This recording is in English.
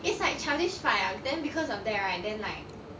it's like childish fight ah then because of that right then like